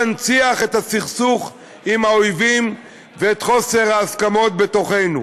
מנציח את הסכסוך עם האויבים ואת חוסר ההסכמות בתוכנו.